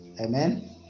Amen